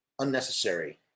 unnecessary